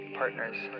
partners